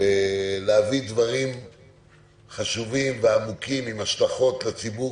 אני לא מתכוון להביא דברים חשובים ועמוקים עם השלכות לציבור,